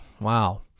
Wow